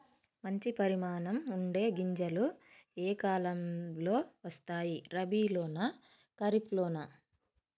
మంచి పరిమాణం ఉండే గింజలు ఏ కాలం లో వస్తాయి? రబీ లోనా? ఖరీఫ్ లోనా?